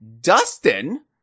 Dustin